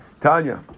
Tanya